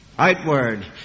Outward